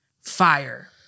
Fire